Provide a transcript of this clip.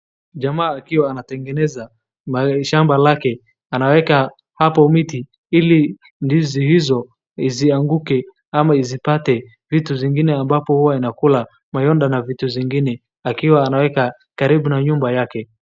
Jamaa akiwa anatengeneza shamba lake anaweka hapo miti ili ndizi hizo isianguke ama isipate vitu zingine ambapo huwa inakula manyonda na vitu zingine akiwa anaweka karibu na nyumba yake.